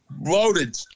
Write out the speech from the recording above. Loaded